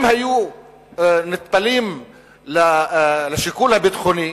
אם היו נטפלים לשיקול הביטחוני,